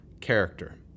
character